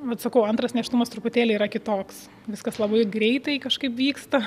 vat sakau antras nėštumas truputėlį yra kitoks viskas labai greitai kažkaip vyksta